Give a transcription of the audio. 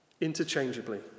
interchangeably